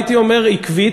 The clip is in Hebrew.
הייתי אומר עקבית,